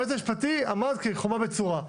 היועץ המשפטי עמד כחומה בצורה,